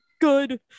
Good